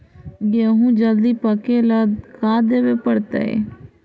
गेहूं जल्दी पके ल का देबे पड़तै?